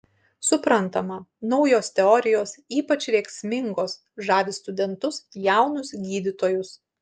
suprantama naujos teorijos ypač rėksmingos žavi studentus jaunus gydytojus